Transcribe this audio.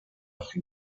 nach